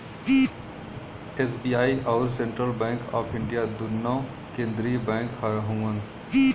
SBI अउर central bank of India दुन्नो केन्द्रिय बैंक हउअन